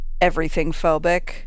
everything-phobic